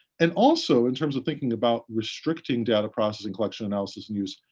and also, in terms of thinking about restricting data processing collection analysis and use,